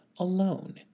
alone